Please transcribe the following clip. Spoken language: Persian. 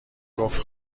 گفت